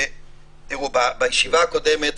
בישיבה הקודמת,